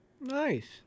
nice